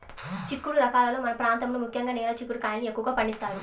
చిక్కుడు రకాలలో మన ప్రాంతంలో ముఖ్యంగా నేల చిక్కుడు కాయల్ని ఎక్కువగా పండిస్తారు